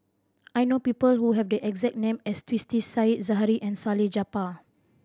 I know people who have the exact name as Twisstii Said Zahari and Salleh Japar